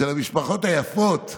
של המשפחות היפות,